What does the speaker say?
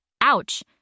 Ouch